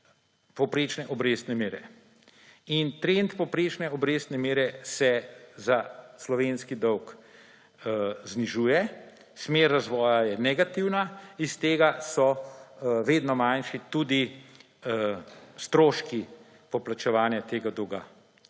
povprečne obrestne mere. Trend povprečne obrestne mere se za slovenski dolg znižuje, smer razvoja je negativna, iz tega so vedno manjši tudi stroški poplačevanja tega dolga.